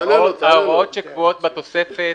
ההוראות שקבועות בתוספת